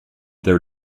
their